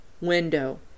window